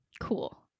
Cool